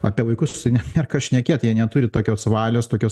apie vaikus net nėr ką šnekėt jie neturi tokios valios tokios